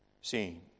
seen